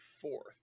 fourth